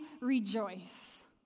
rejoice